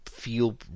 feel